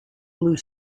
blue